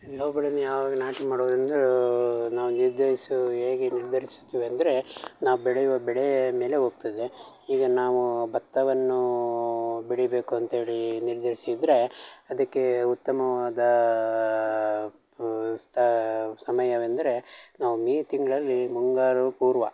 ಯಾವ ಬೆಳೆನೆ ಯಾವಾಗ ನಾಟಿ ಮಾಡೋದು ಅಂದ್ರೆ ನಾವು ನಿರ್ಧರಿಸು ಹೇಗೆ ನಿರ್ಧರಿಸುತ್ತೇವೆ ಅಂದರೆ ನಾವು ಬೆಳೆಯುವ ಬೆಳೆ ಮೇಲೆ ಹೋಗ್ತದೆ ಈಗ ನಾವು ಭತ್ತವನ್ನೂ ಬೆಳಿಬೇಕು ಅಂಥೇಳಿ ನಿರ್ಧರ್ಸಿದ್ರೆ ಅದಕ್ಕೆ ಉತ್ತಮವಾದ ಪ ಸ್ತಾ ಸಮಯವೆಂದರೆ ನಾವು ಮೇ ತಿಂಗಳಲ್ಲಿ ಮುಂಗಾರು ಪೂರ್ವ